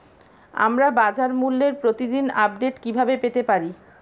আমরা বাজারমূল্যের প্রতিদিন আপডেট কিভাবে পেতে পারি?